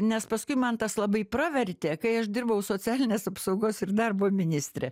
nes paskui man tas labai pravertė kai aš dirbau socialinės apsaugos ir darbo ministre